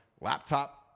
laptop